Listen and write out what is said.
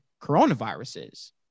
coronaviruses